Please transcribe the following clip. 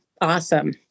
awesome